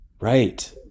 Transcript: Right